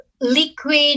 liquid